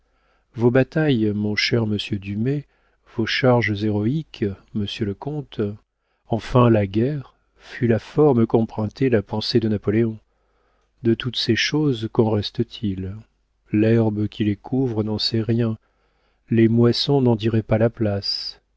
vos batailles mon cher monsieur dumay vos charges héroïques monsieur le comte enfin la guerre fut la forme qu'empruntait la pensée de napoléon de toutes ces choses qu'en reste-t-il l'herbe qui les couvre n'en sait rien les moissons n'en diraient pas la place